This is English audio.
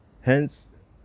Hence